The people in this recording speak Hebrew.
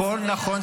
20 שנה, הכול נכון.